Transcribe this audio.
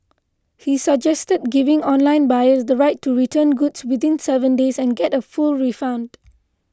he suggested giving online buyers the right to return goods within seven days and get a full refund